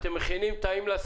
הגשנו ביולי פרוגרמה אחרונה,